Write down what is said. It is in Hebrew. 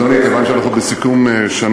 אדוני, כיוון שאנחנו בסיכום שנה,